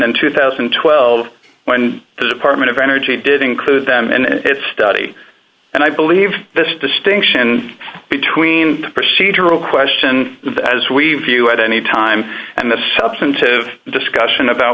and twelve thousand and twelve when the department of energy did include them and its study and i believe this distinction between the procedural question that as we've you at any time and the substantive discussion about